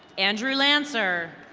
andrew lancer.